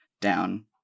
down